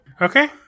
Okay